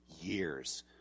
years